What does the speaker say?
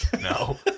No